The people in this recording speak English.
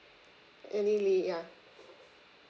annie lee ya